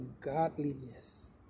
godliness